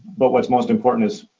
but what's most important is,